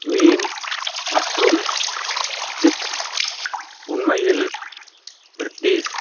மீன் மற்றும் சிப்ஸ் உண்மையில் பிரிட்டிஷ்